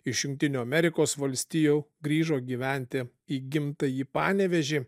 iš jungtinių amerikos valstijų grįžo gyventi į gimtąjį panevėžį